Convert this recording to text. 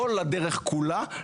כל הדרך כולה,